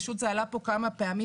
זה עלה פה כמה פעמים,